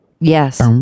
Yes